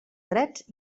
drets